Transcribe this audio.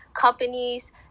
companies